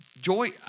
Joy